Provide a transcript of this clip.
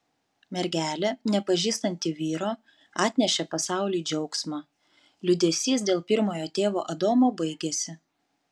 mergelė nepažįstanti vyro atnešė pasauliui džiaugsmą liūdesys dėl pirmojo tėvo adomo baigėsi